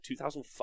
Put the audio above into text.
2005